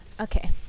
Okay